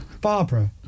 Barbara